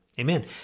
Amen